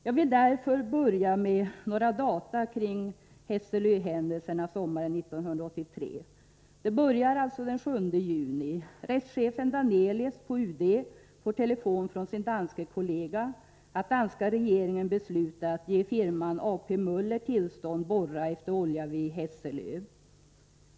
Jag vill därför börja med att ge några data kring Hesselöhändelserna sommaren 1983. Det började den 7 juni. Rättschefen Danelius, UD, får telefon från sin danske kollega att danska regeringen beslutat ge firman A.P. Möller tillstånd att borra efter olja vid Hesselö.